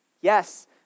Yes